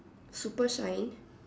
super shine